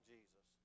Jesus